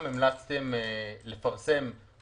אני מתפלל איתם כל בוקר,